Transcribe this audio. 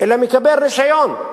אלא מקבל רשיון.